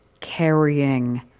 carrying